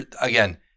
Again